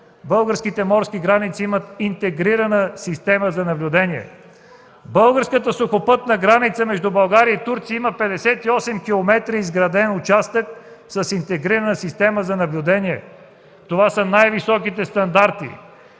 българските морски граници имат интегрирана система за наблюдение. Българската сухопътна граница между България и Турция има 58 км изграден участък с интегрирана система за наблюдение. Това са най-високите стандарти.